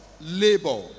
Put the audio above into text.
labor